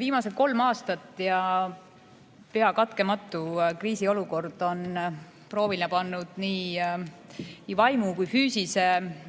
Viimased kolm aastat kestnud pea katkematu kriisiolukord on proovile pannud nii vaimu kui füüsise,